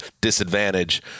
disadvantage